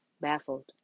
baffled